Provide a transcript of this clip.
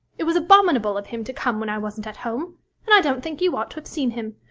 it was abominable of him to come when i wasn't at home and i don't think you ought to have seen him.